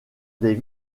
des